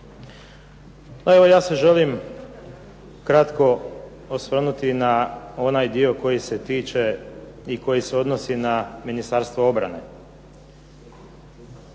Evo ja se želim kratko osvrnuti na onaj dio koji se tiče i koji se odnosi na Ministarstvo obrane.